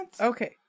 Okay